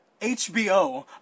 HBO